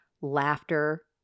laughter